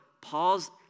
Paul's